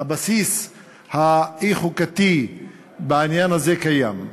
הבסיס האי-חוקתי בעניין הזה קיים.